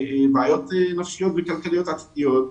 בעיות נפשיות וכלכליות עתידיות,